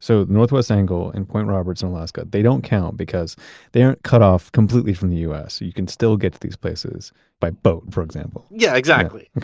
so northwest angle and point roberts and alaska, they don't count because they aren't cut off completely from the us. you can still get to these places by boat, for example yeah, exactly,